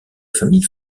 familles